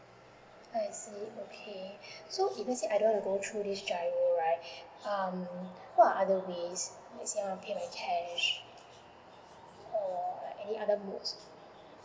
I see okay so if let say I don't go through this G_I_R_O right um what are other way lets say I want to pay by cash or any other mode